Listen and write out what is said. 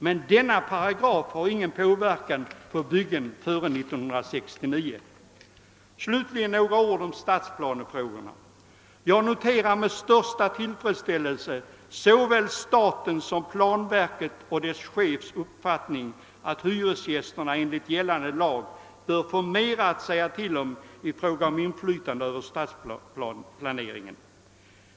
Men denna paragraf har ingen inverkan på hus som färdigställts före 1969. Så några ord om stadsplanefrågor. Jag noterar med största tillfredställelse såväl statens som planverkets och dess chefs uppfattning att hyresgästerna enligt gällande lag bör få mera att säga till om i fråga om inflytande över stadsplaneringen.